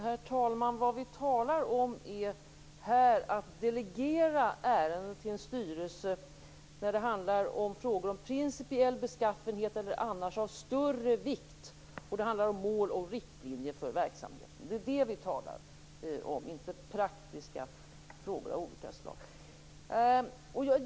Herr talman! Vi talar här om att delegera ärenden till en styrelse när det handlar om frågor av principiell beskaffenhet eller annars av större vikt. Det handlar om mål och riktlinjer för verksamheten. Det är det vi talar om, inte praktiska frågor av olika slag.